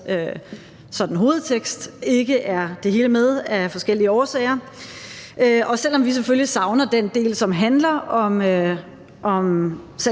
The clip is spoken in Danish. hovedtekst ikke har det hele med af forskellige årsager. Og selv om vi selvfølgelig savner den del, som handler om